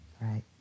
right